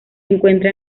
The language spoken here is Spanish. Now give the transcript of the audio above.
encuentra